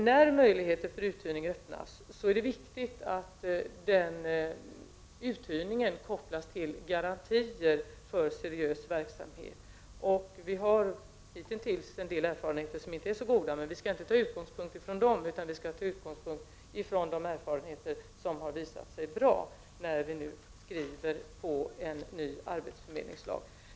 När möjligheter till uthyrning öppnas är det viktigt att uthyrningen kopplas till garantier för seriös verksamhet. Vi har hittills en del erfarenheter som inte är så goda, men vi skall inte ta dem som utgångspunkt, utan de erfarenheter som har visat sig vara bra, när vi nu skriver en ny arbetsförmedlingslag.